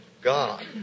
God